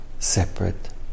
separate